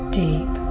deep